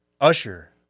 Usher